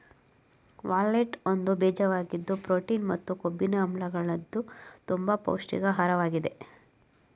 walnut ಒಂದು ಬೀಜವಾಗಿದ್ದು protein ಮತ್ತು ಕೊಬ್ಬಿನ ಆಮ್ಲಗಳಿದ್ದು ತುಂಬ ಪೌಷ್ಟಿಕ ಆಹಾರ್ವಾಗಿದೆ